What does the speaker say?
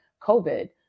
COVID